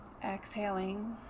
Exhaling